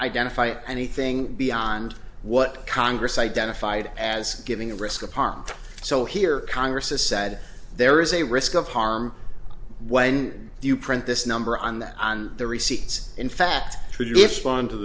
identify anything beyond what congress identified as giving risk apart so here congress has said there is a risk of harm when you print this number on the on the receipts in fact i